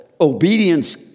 Obedience